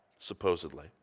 supposedly